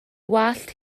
wallt